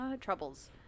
Troubles